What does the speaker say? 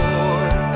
Lord